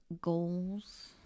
goals